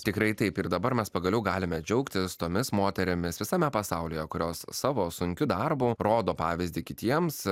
tikrai taip ir dabar mes pagaliau galime džiaugtis tomis moterimis visame pasaulyje kurios savo sunkiu darbu rodo pavyzdį kitiems